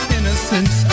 Innocence